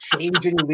Changing